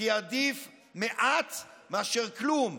כי עדיף מעט מאשר כלום,